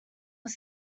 was